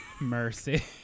mercy